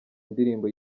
ndirimbo